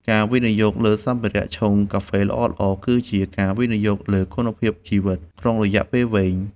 ការវិនិយោគលើសម្ភារៈឆុងកាហ្វេល្អៗ គឺជាការវិនិយោគលើគុណភាពជីវិតក្នុងរយៈពេលវែង។